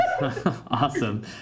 Awesome